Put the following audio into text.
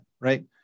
right